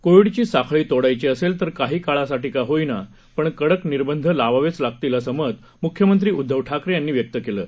कोविडची साखळी तोडायची असेल तर काही काळासाठी का होईना पण कडक निर्बंध लावावेच लागतील असं मत मुख्यमंत्री उद्दव ठाकरे यांनी व्यक्त केलं आहे